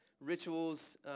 rituals